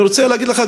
אני רוצה להגיד לך,